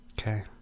Okay